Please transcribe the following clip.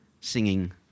singing